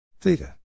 theta